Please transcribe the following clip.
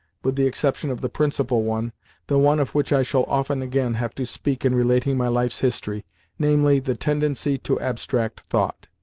with the exception of the principal one the one of which i shall often again have to speak in relating my life's history namely, the tendency to abstract thought.